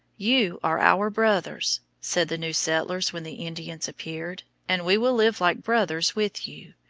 you are our brothers, said the new settlers when the indians appeared, and we will live like brothers with you.